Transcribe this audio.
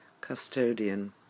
custodian